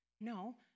No